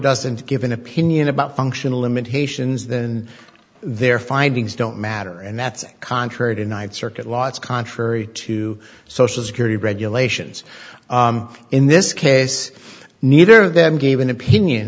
doesn't give an opinion about functional limitations then their findings don't matter and that's contrary to ninth circuit law it's contrary to social security regulations in this case neither of them gave an opinion